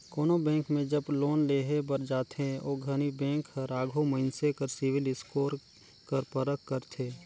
कोनो बेंक में जब लोन लेहे बर जाथे ओ घनी बेंक हर आघु मइनसे कर सिविल स्कोर कर परख करथे